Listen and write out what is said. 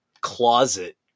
closet